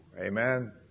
Amen